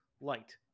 light